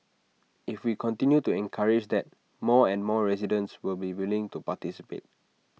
if we continue to encourage that more and more residents will be willing to participate